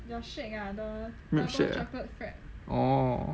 milkshake ah orh